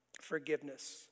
forgiveness